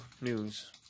news